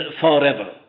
forever